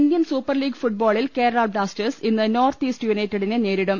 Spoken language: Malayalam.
ഇന്ത്യൻ സൂപ്പർ ലീഗ് ഫുട്ബോളിൽ കേരളാ ബ്ലാസ്റ്റേഴ്സ് ഇന്ന് നോർത്ത് ഈസ്റ്റ് യുണൈറ്റഡിനെ നേരിടും